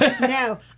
No